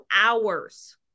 hours